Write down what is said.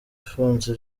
ufunze